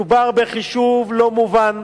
מדובר בחישוב לא מובן,